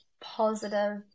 positive